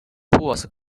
pools